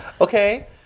Okay